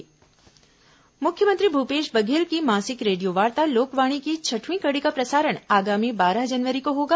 लोकवाणी मुख्यमंत्री भूपेश बघेल की मासिक रेडियो वार्ता लोकवाणी की छठवीं कड़ी का प्रसारण आगामी बारह जनवरी को होगा